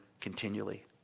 continually